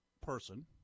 person